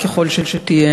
טובה ככל שתהיה,